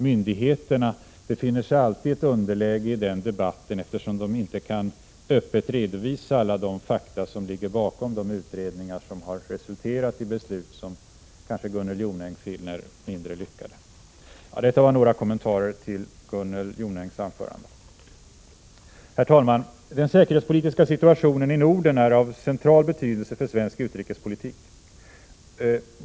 Myndigheterna befinner sig alltid i ett underläge i den debatten, eftersom de inte öppet kan redovisa alla de fakta som ligger bakom de utredningar som har resulterat i beslut som Gunnel Jonäng kanske finner mindre lyckade. Herr talman! Den säkerhetspolitiska situationen i Norden är av central betydelse för svensk utrikespolitik.